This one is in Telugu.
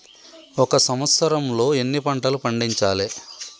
ఒక సంవత్సరంలో ఎన్ని పంటలు పండించాలే?